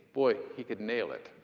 boy, he could nail it.